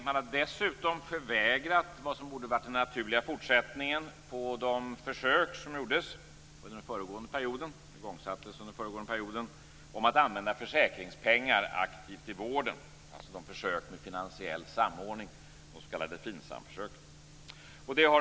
Man har dessutom förvägrat det som borde vara den naturliga fortsättningen på de försöksverksamheter som igångsattes under den förra perioden om att aktivt använda försäkringspengar i vården, dvs. försök med finansiell samordning - de s.k. FINSAM-försöken.